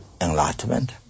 enlightenment